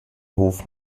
hof